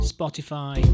Spotify